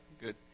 Good